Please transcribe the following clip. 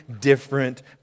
different